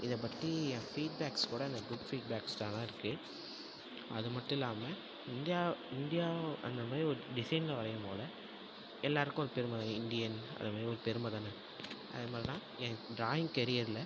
இதை பற்றி என் ஃபீட்பேக்ஸ் கூட குட் ஃபீட்பேக்ஸாக தான் இருக்கு அது மட்டும் இல்லாமல் இந்தியா இந்தியா அந்த மாதிரி ஒரு டிசைனில் வரையும் போது எல்லாருக்கும் ஒரு பெருமை தான் இந்தியன் அத மேரி ஒரு பெருமை தானே அது மாதிரி தான் ஏன் ட்ராயிங் கெரியரில்